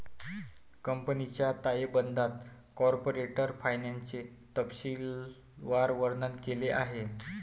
कंपनीच्या ताळेबंदात कॉर्पोरेट फायनान्सचे तपशीलवार वर्णन केले आहे